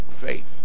faith